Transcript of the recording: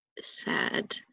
sad